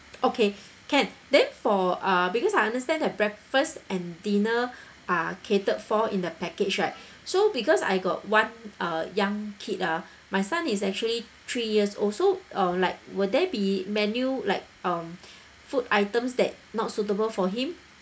okay can then for uh because I understand that breakfast and dinner are catered for in the package right so because I got one uh young kid ah my son is actually three years old so uh like will there be menu like um food items that not suitable for him